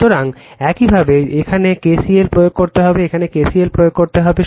সুতরাং একইভাবে এখানে KCL প্রয়োগ করতে হবে এখানে KCL প্রয়োগ করতে হবে